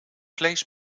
vlees